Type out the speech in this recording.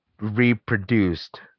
reproduced